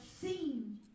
seen